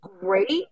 great